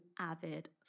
avid